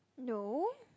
no